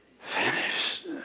finished